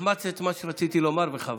החמצת את מה שרציתי לומר, חבל.